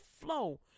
flow